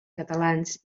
catalans